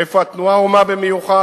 איפה התנועה ומה במיוחד.